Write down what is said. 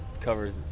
covered